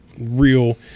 real